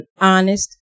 honest